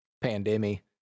pandemic